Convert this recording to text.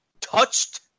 touched